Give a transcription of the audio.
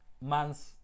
months